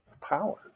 power